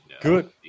Good